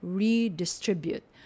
redistribute